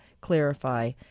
clarify